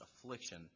affliction